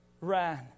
ran